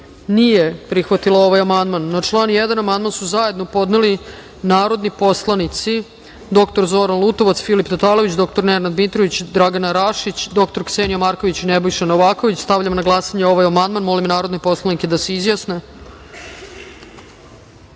nije prihvatila ovaj amandman. Na član 3. amandman su zajedno podneli narodni poslanici dr. Zoran Lutovac, Filip Tatalović, dr. Nenad Mitrović, Dragana Rašić, dr. Ksenija Marković i Nebojša Novaković. Stavljam na glasanje ovaj amandman. Molim narodne poslanike da pritisnu